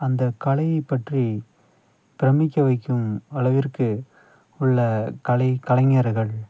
அந்த கலையை பற்றி பிரமிக்க வைக்கும் அளவிற்கு உள்ள கலை கலைஞர்கள்